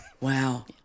Wow